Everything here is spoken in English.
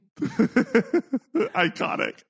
Iconic